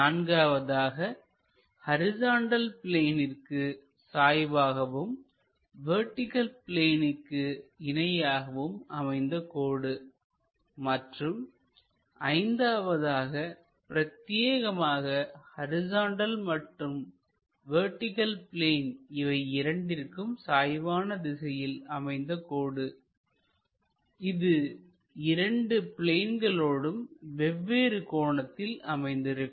நான்காவதாக ஹரிசாண்டல் பிளேனிற்கு சாய்வாகவும் வெர்டிகள் பிளேனிற்கு இணையாகவும் அமைந்த கோடு மற்றும் ஐந்தாவதாக பிரத்தியேகமாக ஹரிசாண்டல் மற்றும் வெர்டிகள் பிளேன் இவை இரண்டிற்கும் சாய்வான திசையில் அமைந்த கோடு இது இரண்டு பிளேன்களோடு வெவ்வேறு கோணத்தில் அமைந்திருக்கும்